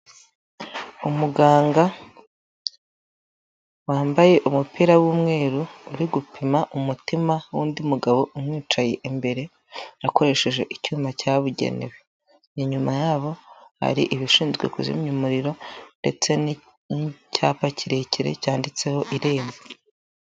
Umuganga wambaye umupira w'umweru uri gupima umutima w'undi mugabo umwicaye imbere, akoresheje icyuma cyabugenewe. Inyuma yabo hari ibishinzwe kuzimya umuriro ndetse n'icyapa kirekire cyanditseho irembo.